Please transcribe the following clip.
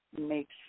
makes